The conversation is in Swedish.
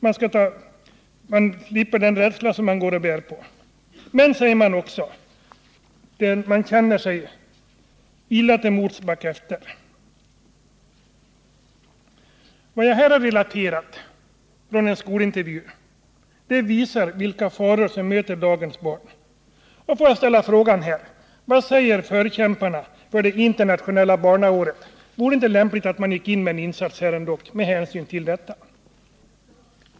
Man slipper ifrån den rädsla som man går och bär på. Men, man säger också: Man känner sig illa till mods efteråt. Vad jag här har återgivit av en skolintervju visar vilka faror som möter dagens barn. Får jag fråga: Vad säger förkämparna för det internationella barnåret? Vore det inte med tanke på de här förhållandena lämpligt att göra en insats för att skydda barnen mot alkoholism?